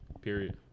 Period